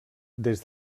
des